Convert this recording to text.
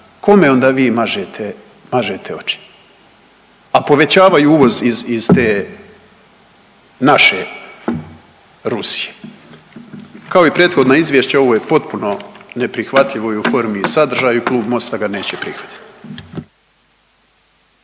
Kome onda vi mažete, mažete oči? A povećavaju uvoz iz te naše Rusije. Kao i prethodna izvješća ovo je potpuno neprihvatljivo i u formi i sadržaju i Klub MOST-a ga neće prihvatiti.